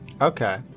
Okay